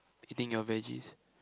eating your veges